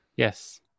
Yes